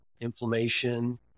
inflammation